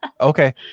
Okay